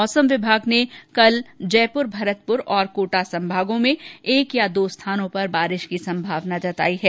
मौसम विभाग ने कल जयपुर भरतपुर और कोटा संभागों में एक या दो स्थानों पर बारिश की संभावना जताई है